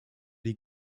die